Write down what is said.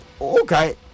okay